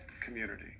community